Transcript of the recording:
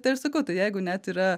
tai aš sakau tai jeigu net yra